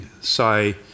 say